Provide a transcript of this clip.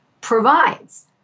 provides